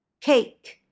Cake